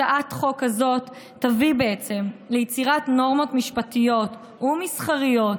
הצעת החוק הזו תביא ליצירת נורמות משפטיות ומסחריות